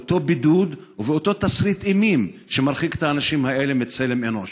באותו בידוד ובאותו תסריט אימים שמרחיק את האנשים האלה מצלם אנוש.